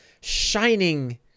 shining